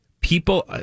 people